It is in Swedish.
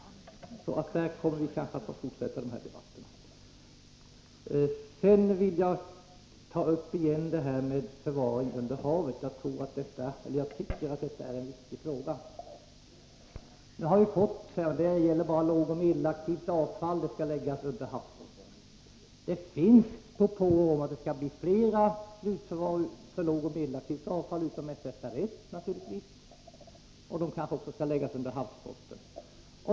På de punkterna kommer vi antagligen att få fortsätta debatten. Sedan vill jag återigen ta upp frågan om förvaring under havet av lågoch medelaktivt avfall. Jag tycker att det är en viktig fråga. Det finns propåer om att det skall bli flera slutförvar för lågoch medelaktivt avfall utom SFR 1, och de kanske också skall läggas under havsbotten.